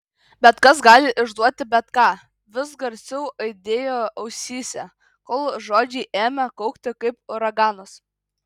bet kas gali išduoti bet ką vis garsiau aidėjo ausyse kol žodžiai ėmė kaukti kaip uraganas